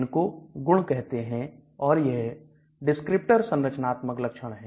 इनको गुण कहते हैं और यह डिस्क्रिप्टर संरचनात्मक लक्षण है